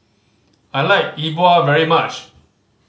I like Yi Bua very much